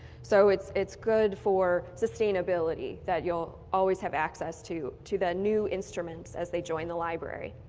so it's it's good for sustainability that you'll always have access to to the new instruments as they join the library.